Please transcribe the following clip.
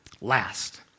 Last